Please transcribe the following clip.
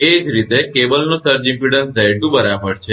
એ જ રીતે કેબલનો સર્જ ઇમપેડન્સ 𝑍2 બરાબર છે